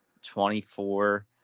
24